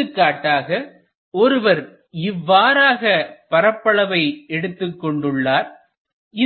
எடுத்துக்காட்டாக ஒருவர் இவ்வாறான பரப்பளவை எடுத்துக் கொண்டுள்ளார்